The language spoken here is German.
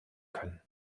können